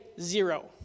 zero